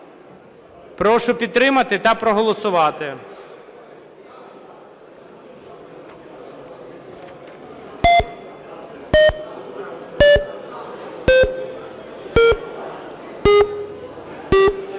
Прошу підтримати та проголосувати.